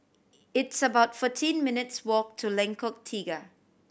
it's about fourteen minutes' walk to Lengkok Tiga